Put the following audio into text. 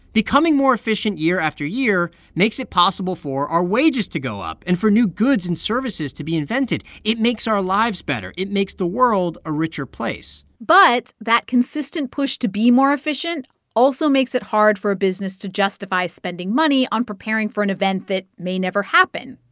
becoming more efficient year after year makes it possible for our wages to go up and for new goods and services to be invented. it makes our lives better. it makes the world a richer place but that consistent push to be more efficient also makes it hard for a business to justify spending money on preparing for an event that may never happen,